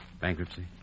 Bankruptcy